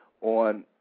on